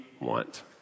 want